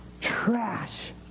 trash